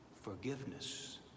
Forgiveness